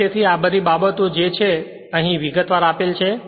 અને તેથી આ બધી બાબતો તે છે જેને તમે અહીં વિગતવાર આપેલ છે